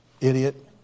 idiot